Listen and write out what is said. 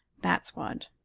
that's what.